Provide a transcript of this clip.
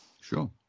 Sure